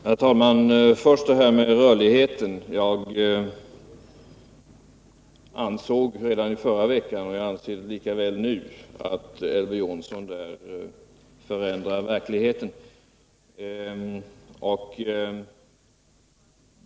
Herr talman! Till att börja med skall jag ta upp frågan om rörligheten. Jag ansåg redan i förra veckan och anser även nu att Elver Jonsson förändrar verkligheten därvidlag.